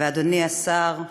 ואדוני השר,